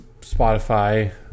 Spotify